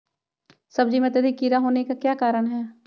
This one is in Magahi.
सब्जी में अत्यधिक कीड़ा होने का क्या कारण हैं?